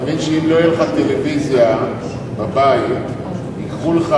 אתה מבין שאם לא תהיה לך טלוויזיה בבית ייקחו לך